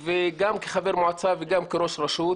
גם כחבר מועצה וגם כראש רשות,